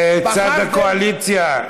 צד הקואליציה,